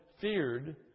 feared